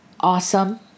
awesome